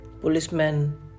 policemen